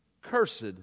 cursed